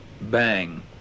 bang